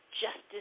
Justice